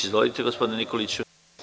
Izvolite gospodine Nikoliću.